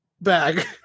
bag